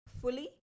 fully